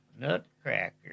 Nutcracker